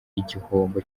igihombo